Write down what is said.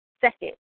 second